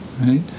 right